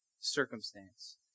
circumstance